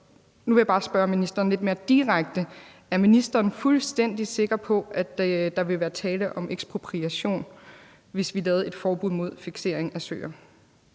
nu vil jeg bare spørge ministeren lidt mere direkte: Er ministeren fuldstændig sikker på, at der vil være tale om ekspropriation, hvis vi lavede et forbud mod fiksering af søer?